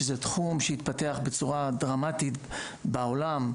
שזה תחום שהתפתח בצורה דרמטית בעולם,